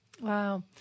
Wow